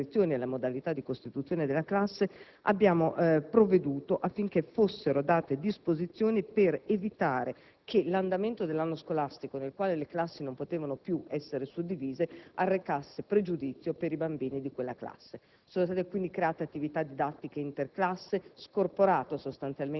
(quella relativa all'iscrizione e alla modalità di costituzione della classe), abbiamo provveduto affinché fossero date disposizioni per evitare che l'andamento dell'anno scolastico, nel quale le classi non potevano più essere suddivise, arrecasse pregiudizio per i bambini di quella classe. Sono state quindi create attività didattiche interclasse, è stato